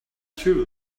true